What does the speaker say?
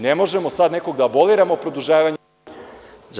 Ne možemo sada nekoga da aboliramo produžavanjem roka…